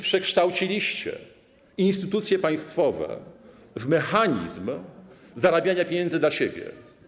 Przekształciliście instytucje państwowe w mechanizm zarabiania pieniędzy dla siebie.